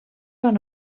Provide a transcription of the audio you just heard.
van